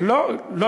אני הגשתי הצעה,